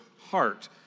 heart